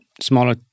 smaller